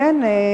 כן,